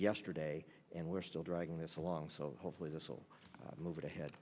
yesterday and we're still dragging this along so hopefully this will move ahead